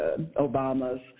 Obama's